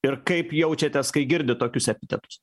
ir kaip jaučiatės kai girdit tokius epitetus